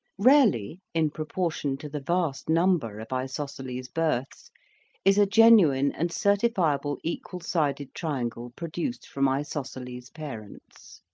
rarely in proportion to the vast number of isosceles births is a genuine and certifiable equal-sided triangle produced from isosceles parents.